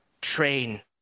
train